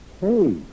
Hey